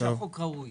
החוק ראוי